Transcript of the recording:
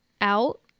out